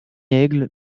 aigle